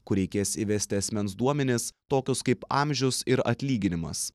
kur reikės įvesti asmens duomenis tokius kaip amžius ir atlyginimas